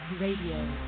radio